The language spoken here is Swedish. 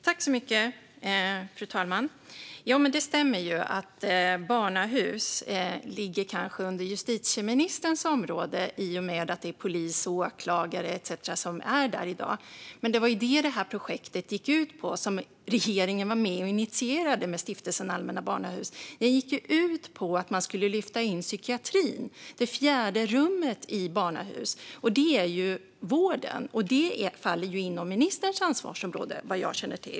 Fru talman! Det stämmer kanske att barnahus ligger inom justitieministerns område, i och med att det är polis, åklagare etcetera som är där i dag. Men det var ju det som projektet gick ut på - det projekt som regeringen var med och initierade tillsammans med Stiftelsen Allmänna Barnhuset. Det gick ut på att man skulle lyfta in psykiatrin, det fjärde rummet, i barnahus. Det handlar ju om vården, och vad jag känner till faller vården under ministerns ansvarsområde.